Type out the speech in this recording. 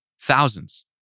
thousands